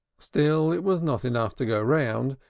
still it was not enough to go round,